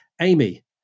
Amy